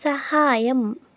సహాయం